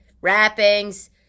Wrappings